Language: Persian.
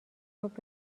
صبح